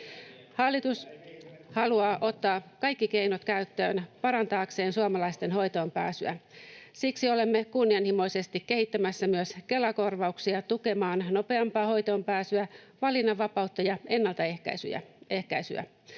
Hallitus haluaa ottaa kaikki keinot käyttöön parantaakseen suomalaisten hoitoonpääsyä. Siksi olemme kunnianhimoisesti kehittämässä myös Kela-korvauksia tukemaan nopeampaa hoitoonpääsyä, valinnanvapautta ja ennaltaehkäisyä.